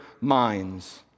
minds